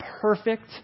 perfect